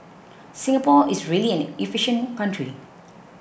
Singapore is really an efficient country